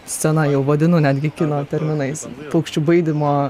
scena jau vadinu netgi kino terminais paukščių baidymo